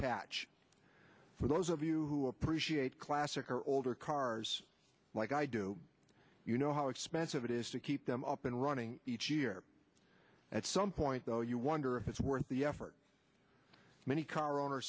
pack for those of you who appreciate classic or older cars like i do you know how expensive it is to keep them up and running each year at some point though you wonder if it's worth the effort many car o